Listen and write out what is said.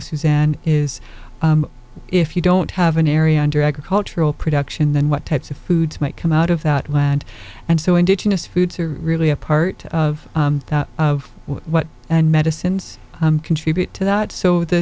suzanne is if you don't have an area under agricultural production then what types of foods might come out of that land and so indigenous foods are really a part of what and medicines contribute to that so the